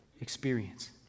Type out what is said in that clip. experience